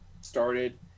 started